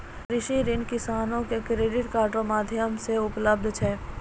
कृषि ऋण किसानो के क्रेडिट कार्ड रो माध्यम से उपलब्ध छै